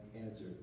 answer